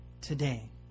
today